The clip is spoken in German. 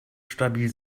stabil